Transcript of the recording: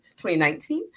2019